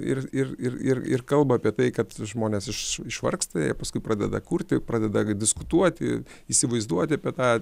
ir ir ir ir ir kalba apie tai kad žmonės iš išvargsta jie paskui pradeda kurti pradeda diskutuoti įsivaizduoti apie tą